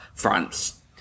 France